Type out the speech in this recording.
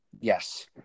Yes